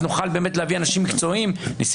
אז נוכל באמת להביא אנשים מקצועיים נשיא